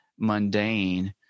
mundane